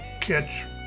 catch